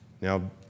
Now